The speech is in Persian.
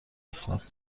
اسمت